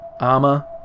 armor